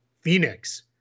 Phoenix